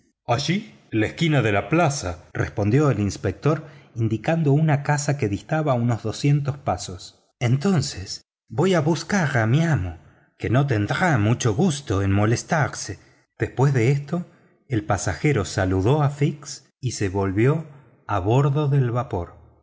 en la esquina de la plaza respondió el inspector indicando una casa que distaba unos doscientos pasos entonces voy a buscar a mi amo que no tendrá mucho gusto en molestarse después de esto el pasajero saludó a fix y se volvió a bordo del vapor